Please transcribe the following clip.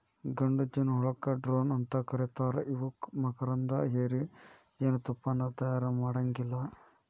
ಗಂಡು ಜೇನಹುಳಕ್ಕ ಡ್ರೋನ್ ಅಂತ ಕರೇತಾರ ಇವು ಮಕರಂದ ಹೇರಿ ಜೇನತುಪ್ಪಾನ ತಯಾರ ಮಾಡಾಂಗಿಲ್ಲ